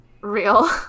Real